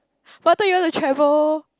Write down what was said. but I thought you want to travel